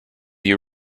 you